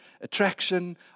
attraction